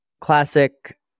classic